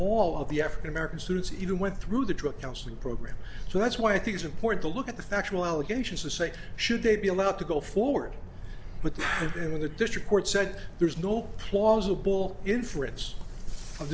all of the african american students even went through the drug counseling program so that's why i think it's important to look at the factual allegations to say should they be allowed to go forward with in the district court said there is no plausible inference of